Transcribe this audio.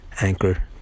Anchor